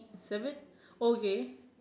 seven okay